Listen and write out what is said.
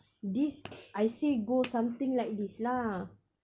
this I say go something like this lah